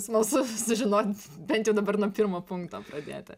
smalsu sužinot bent jau dabar nuo pirmo punkto pradėti